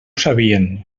sabien